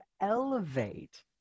elevate